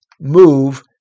move